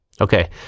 Okay